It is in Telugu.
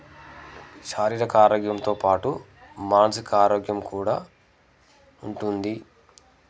శారీరక ఆరోగ్యంతో పాటు మానసిక ఆరోగ్యం కూడా ఉంటుంది